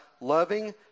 loving